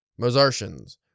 Mozartians